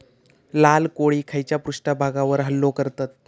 लाल कोळी खैच्या पृष्ठभागावर हल्लो करतत?